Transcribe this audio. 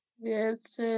Yes